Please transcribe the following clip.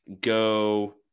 go